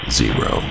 zero